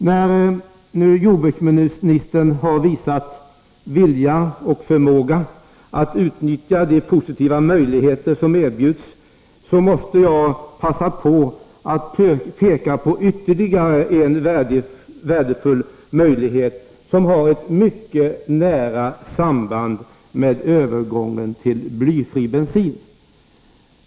När nu jordbruksministern har visat vilja och förmåga att utnyttja de positiva möjligheter som erbjuds, så måste jag passa på att peka på ytterligare en värdefull möjlighet som har ett mycket nära samband med övergången till blyfri bensin.